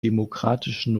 demokratischen